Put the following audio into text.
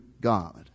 God